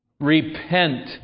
Repent